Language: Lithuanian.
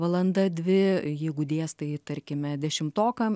valanda dvi jeigu dėstai tarkime dešimtokam